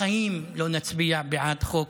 בחיים לא נצביע בעד חוק